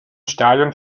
stadion